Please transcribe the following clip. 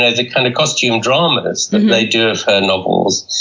ah the kind of costume dramas that they do of her novels,